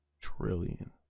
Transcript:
trillion